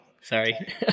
sorry